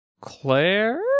claire